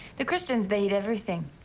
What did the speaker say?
the christians they eat everything.